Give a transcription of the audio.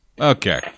Okay